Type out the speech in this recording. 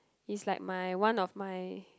is like my one of my